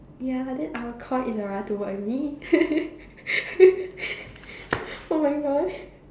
ya then I will call Inarah to work with me oh-my-Gosh